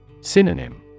Synonym